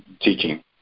teaching